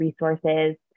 resources